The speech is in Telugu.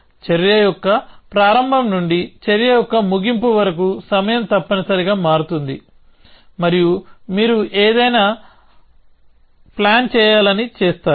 చర్య యొక్క ప్రారంభం నుండి చర్య యొక్క ముగింపు వరకు సమయం తప్పని సరిగా మారుతుంది మరియు మీరు ఏదైనా చేయాలని ప్లాన్ చేస్తారు